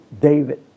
David